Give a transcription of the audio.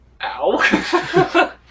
Ow